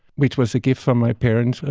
which was a gift from my parents.